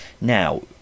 Now